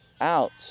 out